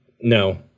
no